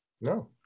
No